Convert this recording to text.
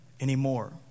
anymore